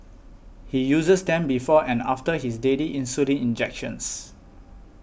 he uses them before and after his daily insulin injections